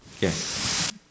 Yes